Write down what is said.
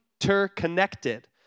interconnected